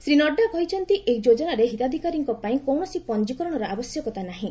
ଶ୍ରୀ ନଡ୍ରା କହିଛନ୍ତି ଏହି ଯୋଜନାରେ ହିତାଧିକାରୀଙ୍କପାଇଁ କୌଣସି ପଞ୍ଜୀକରଣର ଆବଶ୍ୟକତା ନାହିଁ